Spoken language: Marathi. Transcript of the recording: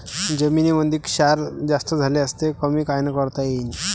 जमीनीमंदी क्षार जास्त झाल्यास ते कमी कायनं करता येईन?